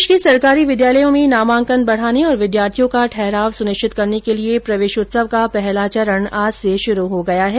प्रदेश के सरकारी विद्यालयों में नामांकन बढाने और विद्यार्थियों का ठहराव सुनिश्चित करने के लिये प्रवेशोत्सव का पहल चरण आज से शुरू हो गया है